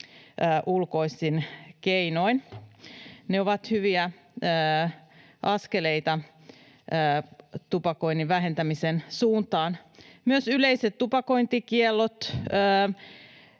ulkoisin keinoin. Ne ovat hyviä askeleita tupakoinnin vähentämisen suuntaan, kuten myös yleiset tupakointikiellot: